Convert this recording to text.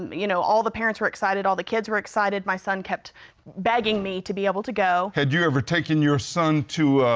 you know, all the parents were excited, all the kids were excited, my son kept begging me to be able to go. had you ever taken your son to,